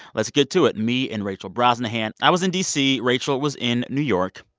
let's get to it me and rachel brosnahan. i was in d c. rachel was in new york.